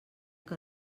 que